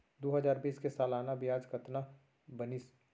दू हजार बीस के सालाना ब्याज कतना बनिस?